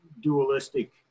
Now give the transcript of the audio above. dualistic